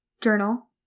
Journal